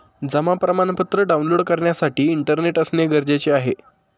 जमा प्रमाणपत्र डाऊनलोड करण्यासाठी इंटरनेट असणे गरजेचे आहे